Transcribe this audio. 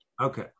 Okay